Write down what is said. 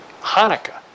Hanukkah